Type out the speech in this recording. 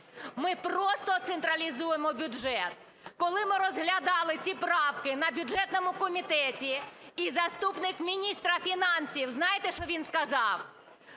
Ми просто централізуємо бюджет. Коли ми розглядали ці правки на бюджетному комітеті і заступник міністра фінансів, знаєте, що він сказав?